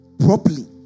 properly